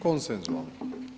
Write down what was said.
Konsensualno.